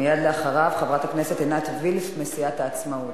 מייד לאחריו, חברת הכנסת עינת וילף מסיעת העצמאות.